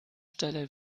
stelle